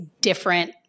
different